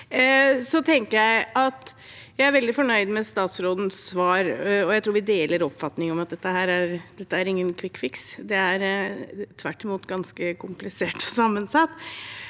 Jeg er veldig fornøyd med statsrådens svar, og jeg tror vi deler oppfatningen om at dette ikke er noen kvikkfiks. Det er tvert imot ganske komplisert og sammensatt.